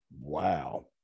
Wow